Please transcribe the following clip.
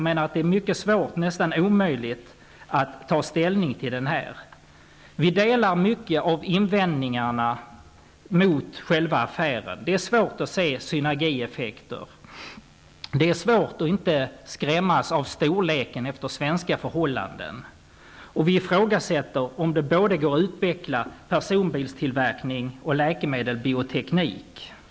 Det är mycket svårt, ja, nästan omöjligt, att ta ställning. Vi instämmer i mångt och mycket när det gäller invändningarna mot själva affären. Det är svårt att se några synergieffekter. Det är också svårt att undgå att bli skrämd av storleken -- efter svenska förhållanden. Dessutom ifrågasätter vi möjligheterna att utveckla både personbilstillverkningen å ena sidan och läkemedelsindustrin och biotekniken å andra sidan.